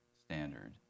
standard